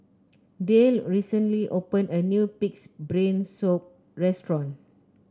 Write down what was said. Dayle recently opened a new pig's brain soup restaurant